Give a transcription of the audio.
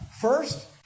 First